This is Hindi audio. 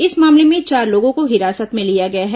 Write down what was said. इस मामले में चार लोगों को हिरासत में लिया गया है